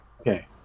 Okay